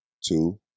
Two